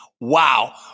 Wow